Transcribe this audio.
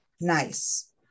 Nice